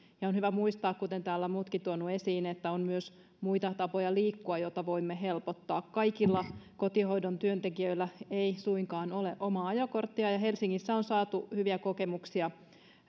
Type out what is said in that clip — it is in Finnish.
ja on hyvä muistaa kuten täällä ovat muutkin tuoneet esiin että on myös muita tapoja liikkua joita voimme helpottaa kaikilla kotihoidon työntekijöillä ei suinkaan ole omaa ajokorttia ja helsingissä on saatu hyviä kokemuksia